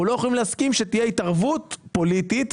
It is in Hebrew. אנחנו לא יכולים להסכים שתהיה התערבות פוליטית,